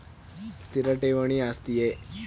ಸ್ಥಿರ ಠೇವಣಿ ಆಸ್ತಿಯೇ?